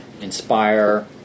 inspire